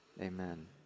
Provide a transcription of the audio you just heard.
amen